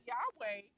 Yahweh